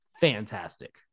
fantastic